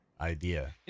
idea